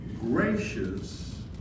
Gracious